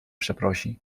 przeprosi